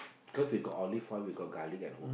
cause we got olive oil we got garlic at home